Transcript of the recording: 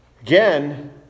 Again